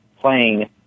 playing